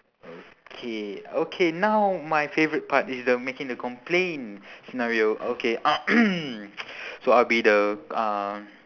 okay okay now my favourite part it's the making the complain so now we'll okay so I'll be the uh